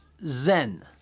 Zen